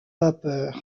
vapeur